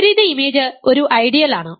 വിപരീത ഇമേജ് ഒരു ഐഡിയലാണ്